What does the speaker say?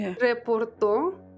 reportó